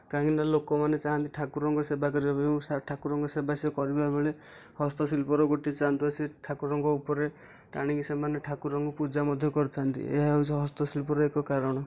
କାହିଁକିନା ଲୋକମାନେ ଚାହାନ୍ତି ଠାକୁରଙ୍କ ସେବା କରିବା ପାଇଁ ଠାକୁରଙ୍କ ସେବା ସେ କରିବାବେଳେ ହସ୍ତଶିଳ୍ପର ଗୋଟିଏ ଚାନ୍ଦୁଆ ସେ ଠାକୁରଙ୍କ ଉପରେ ଟାଣିକି ସେମାନେ ଠାକୁରଙ୍କୁ ପୂଜା ମଧ୍ୟ କରିଥାଆନ୍ତି ଏହା ହେଉଛି ହସ୍ତଶିଳ୍ପର ଏକ କାରଣ